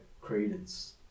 credence